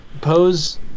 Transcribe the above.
pose